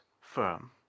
firm